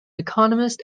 economist